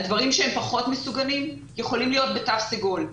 הדברים שהם פחות מסוכנים, יכולים להיות בתו סגול.